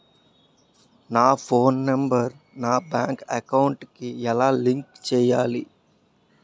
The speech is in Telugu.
నా ఫోన్ నంబర్ నా బ్యాంక్ అకౌంట్ కి ఎలా లింక్ చేయాలి?